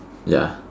ya